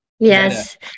Yes